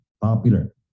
popular